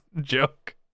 joke